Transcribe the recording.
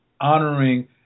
honoring